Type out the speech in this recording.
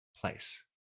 place